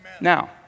Now